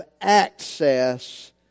access